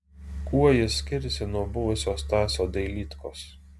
kuo jis skiriasi nuo buvusio stasio dailydkos